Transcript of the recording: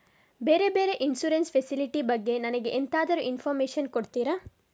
ಬೇರೆ ಬೇರೆ insurance facility ಬಗ್ಗೆ ನನಗೆ ಎಂತಾದ್ರೂ ಇನ್ಫೋರ್ಮೇಷನ್ ಕೊಡ್ತೀರಾ?